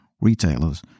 retailers